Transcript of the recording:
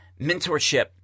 Mentorship